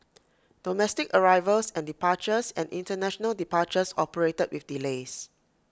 domestic arrivals and departures and International departures operated with delays